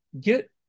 get